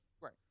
Right